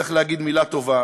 צריך להגיד מילה טובה,